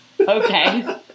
Okay